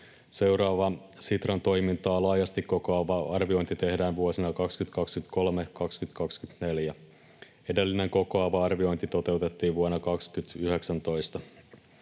Seuraava Sitran toimintaa laajasti kokoava arviointi tehdään vuosina 2023—2024. Edellinen kokoava arviointi toteutettiin vuonna 2019.